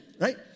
right